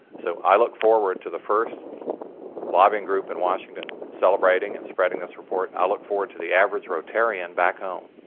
so i look forward to the first lobbying group in washington celebrating and spreading this report. i look forward to the average rotarian back home